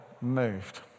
moved